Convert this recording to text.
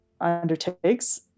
undertakes